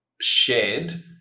shared